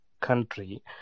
country